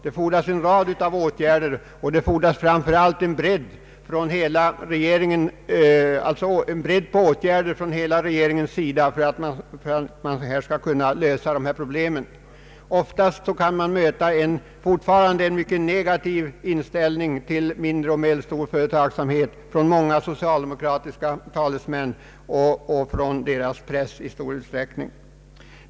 Det fordras en rad åtgärder, och det fordras framför allt bredd på åtgäderna från hela regeringens sida för att dessa problem skall lösas. Fortfarande kan man möta en mycket negativ inställning till mindre och medelstor företagsamhet hos många socialdemokratiska talesmän och i stor utsträckning inom den socialdemokratiska pressen.